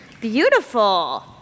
Beautiful